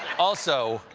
also,